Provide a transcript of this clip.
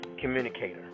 communicator